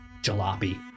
jalopy